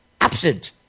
absent